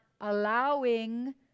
allowing